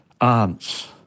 aunts